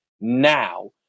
now